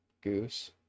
goose